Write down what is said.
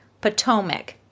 Potomac